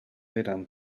eran